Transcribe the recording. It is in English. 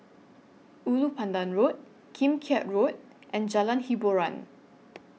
Ulu Pandan Road Kim Keat Road and Jalan Hiboran